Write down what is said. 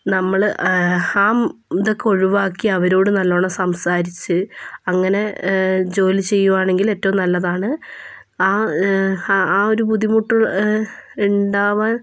നമ്മൾ ആ ഇതൊക്കെ ഒഴിവാക്കി അവരോട് നല്ലോണം സംസാരിച്ച് അങ്ങനെ ജോലി ചെയ്യുകയാണെങ്കിൽ ഏറ്റവും നല്ലതാണ് ആ ആ ആ ഒരു ബുദ്ധിമുട്ട് ഉണ്ടാവാൻ